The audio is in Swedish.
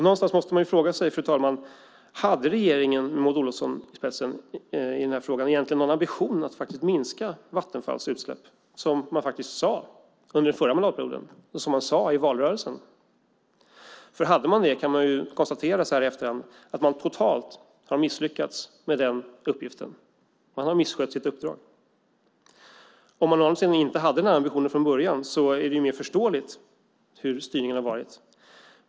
Någonstans måste man fråga sig, fru talman: Hade regeringen, med Maud Olofsson i spetsen, i den här frågan egentligen någon ambition att minska Vattenfalls utsläpp? Det sade man faktiskt under den förra mandatperioden, och det sade man i valrörelsen. Om regeringen hade det kan man konstatera så här i efterhand att regeringen totalt har misslyckats med den uppgiften. Man har misskött sitt uppdrag. Om man inte hade den här ambitionen från början är det mer förståeligt hur styrningen har varit.